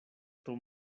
tro